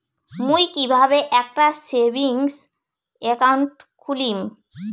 মুই কিভাবে একটা সেভিংস অ্যাকাউন্ট খুলিম?